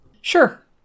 Sure